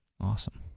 awesome